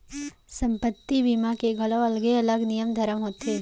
संपत्ति बीमा के घलौ अलगे अलग नियम धरम होथे